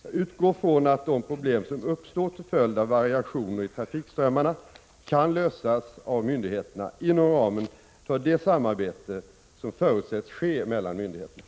Jag utgår från att de problem som uppstår till följd av variationer i trafikströmmarna kan lösas av myndigheterna inom ramen för det samarbete som förutsätts ske mellan myndigheterna.